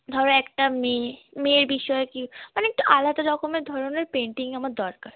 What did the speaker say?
ধরো একটা মেয়ে মেয়ের বিষয় কি মানে একটু আলাদা রকমের ধরনের পেন্টিং আমার দরকার